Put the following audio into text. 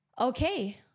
okay